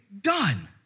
done